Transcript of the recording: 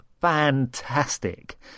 fantastic